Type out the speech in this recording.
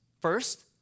First